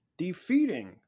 defeating